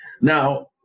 Now